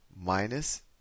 minus